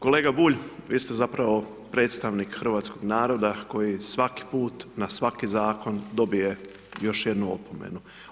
Kolega Bulj, vi ste zapravo predstavnik hrvatskog naroda, koji svaki put na svaki zakon dobije još jednu opomenu.